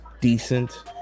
decent